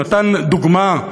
הוא נתן דוגמה: